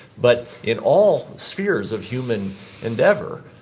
but in all spheres of human endeavour,